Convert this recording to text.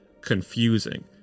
confusing